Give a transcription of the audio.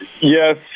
Yes